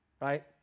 right